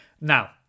Now